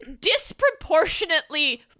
disproportionately